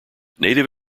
native